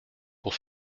pour